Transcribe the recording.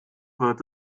wird